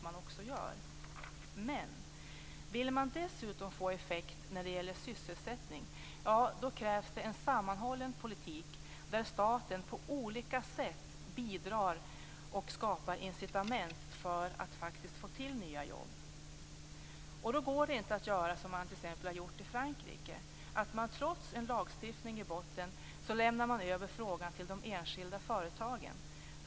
Men vill man dessutom få effekt när det gäller sysselsättning krävs en sammanhållen politik, där staten på olika sätt skapar incitament för nya jobb. Då går det inte att göra som man t.ex. gjort i Frankrike, att man trots lagstiftning lämnar över frågan till de enskilda företagen.